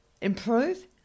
improve